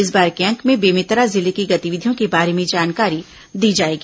इस बार के अंक में बेमेतरा जिले की गतिविधियों के बारे में जानकारी दी जाएगी